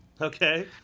Okay